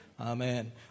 Amen